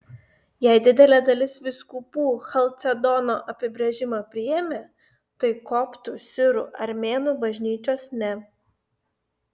jei didelė dalis vyskupų chalcedono apibrėžimą priėmė tai koptų sirų armėnų bažnyčios ne